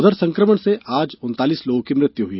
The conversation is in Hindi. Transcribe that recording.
उधर संक्रमण से आज उन्तालीस लोगों की मृत्यु हुई